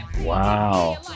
Wow